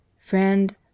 friend